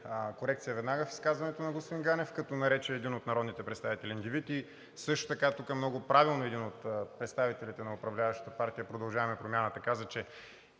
корекция веднага в изказването на господин Ганев, като нарече един от народните представители индивид. И също така тука много правилно един от представителите на управляващата партия „Продължаваме Промяната“ каза, че